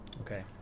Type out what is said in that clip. Okay